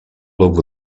over